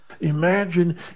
Imagine